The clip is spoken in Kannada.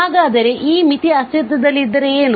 ಹಾಗಾದರೆ ಈ ಮಿತಿ ಅಸ್ತಿತ್ವದಲ್ಲಿದ್ದರೆ ಇದು ಏನು